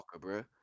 bro